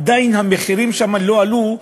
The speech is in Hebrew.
עדיין המחירים שם לא עלו,